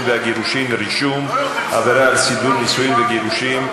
והגירושין (רישום) (עבירה על סידור נישואין וגירושין),